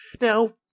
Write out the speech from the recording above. Now